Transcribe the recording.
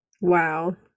wow